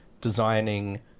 designing